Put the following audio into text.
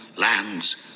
lands